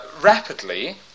rapidly